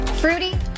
fruity